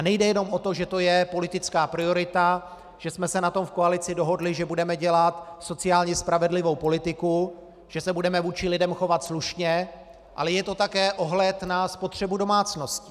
Nejde jenom o to, že to je politická priorita, že jsme se na tom v koalici dohodli, že budeme dělat sociálně spravedlivou politiku, že se budeme vůči lidem chovat slušně, ale je to také ohled na spotřebu domácností.